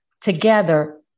together